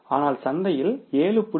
ஆனால் சந்தையில் 7